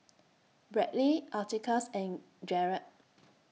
Bradly Atticus and Gerald